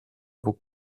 που